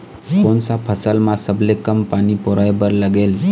कोन सा फसल मा सबले कम पानी परोए बर लगेल?